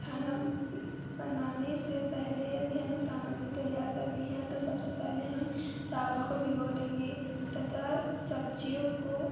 खाना बनाने से पहले यदि हमें सामग्री तैयार करनी है तो सबसे पहले हम चावल को भिगो लेंगे तथा सब्जियों को